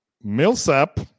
Millsap